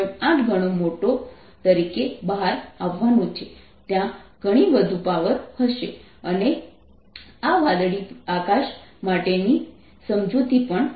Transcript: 8 ગણો મોટો તરીકે બહાર આવવાનું છે ત્યાં ઘણી વધુ પાવર હશે અને આ વાદળી આકાશ માટેનું સમજૂતી પણ છે